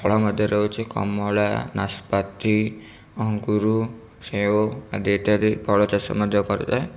ଫଳ ମଧ୍ୟରେ ହେଉଛି କମଳା ନାସପାତି ଅଙ୍ଗୁରୁ ସେଉ ଆଦି ଇତ୍ୟାଦି ଫଳଚାଷ ମଧ୍ୟ କରିଥାଏ